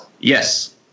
Yes